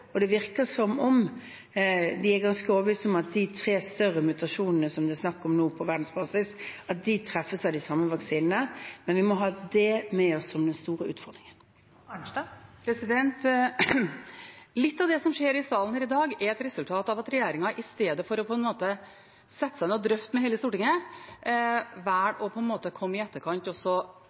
og det virker som om de er ganske overbevist om, at de tre større mutasjonene som det er snakk om nå på verdensbasis, treffes av de samme vaksinene, men vi må ha det med oss som den store utfordringen. Litt av det som skjer i salen her i dag, er et resultat av at regjeringen i stedet for å sette seg ned og drøfte med hele Stortinget, velger å komme i etterkant og